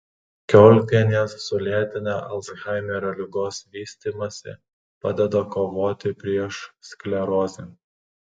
kiaulpienės sulėtina alzhaimerio ligos vystymąsi padeda kovoti prieš sklerozę